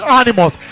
animals